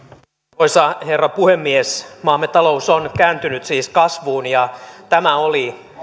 arvoisa herra puhemies maamme talous on kääntynyt siis kasvuun ja tämä oli